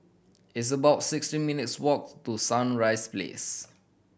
it's about sixteen minutes' walk to Sunrise Place